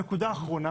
נקודה אחרונה